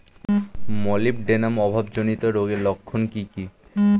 Molybdenum অভাবজনিত রোগের লক্ষণ কি কি?